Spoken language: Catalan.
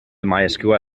mysql